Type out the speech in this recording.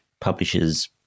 publishes